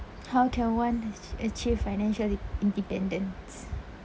how can one achie~ achieve financial independence